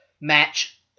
match